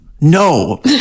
no